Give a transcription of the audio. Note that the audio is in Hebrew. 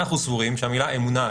אנחנו סבורים שהמילה אמונה,